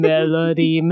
Melody